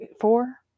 four